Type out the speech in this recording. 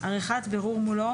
עריכת בירור מולו,